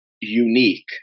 unique